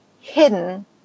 hidden